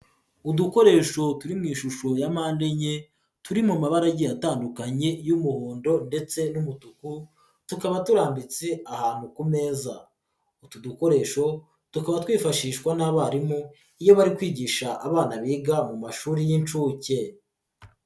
Udukoresho turi mu ishusho ya mpande enye, turi mu mabara agiye atandukanye y'umuhondo ndetse n'umutuku, tukaba turambitse ahantu ku meza, utu dukoresho tukaba twifashishwa n'abarimu, iyo bari kwigisha abana biga mu mashuri y'incuke.